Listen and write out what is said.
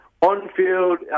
On-field